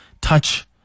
touch